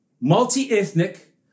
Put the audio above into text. multi-ethnic